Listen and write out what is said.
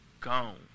Gone